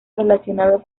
relacionado